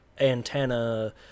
antenna